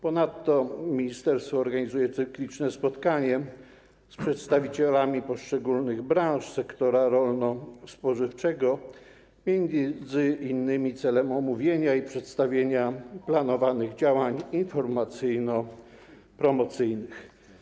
Ponadto ministerstwo organizuje cykliczne spotkania z przedstawicielami poszczególnych branż sektora rolno-spożywczego m.in. celem omówienia i przedstawienia planowanych działań informacyjno-promocyjnych.